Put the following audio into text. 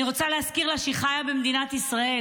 אני רוצה להזכיר לה שהיא חיה במדינת ישראל,